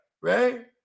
right